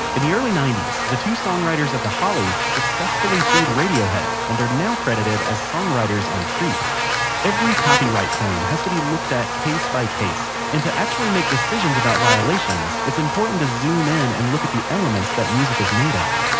in the early nineties, the two songwriters of the hollies successfully sued radiohead and are now credited as songwriters on creep every copyright claim has to be looked at case-by-case. and to actually make decisions about violations it's important to zoom in and look at the elements that music is made of